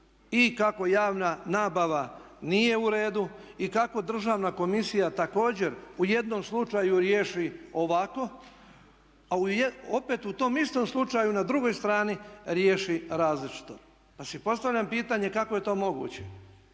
i kako javna nabava nije u redu i kako Državna komisija također u jednom slučaju riješi ovako, a opet u tom istom slučaju na drugoj strani riješi različito. Pa postavljam pitanje kako je to moguće?